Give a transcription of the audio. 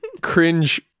cringe